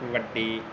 ਵੱਡੀ